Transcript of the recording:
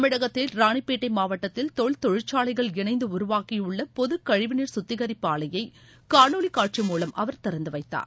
தமிழகத்தில் ராணிபேட்டை மாவட்டத்தில் தோல் தொழிற்சாலைகள் இணைந்து உருவாக்கியுள்ள பொது கழிவுநீர் கத்திகரிப்பு ஆலையை காணொலி காட்சி மூலம் அவர் திறந்து வைத்தார்